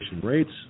rates